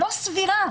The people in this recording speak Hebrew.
לא סבירה,